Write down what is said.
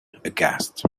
aghast